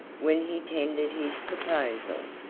when he tendered his proposal.